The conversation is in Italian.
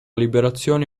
liberazione